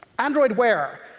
android wear.